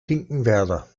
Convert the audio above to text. finkenwerder